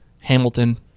Hamilton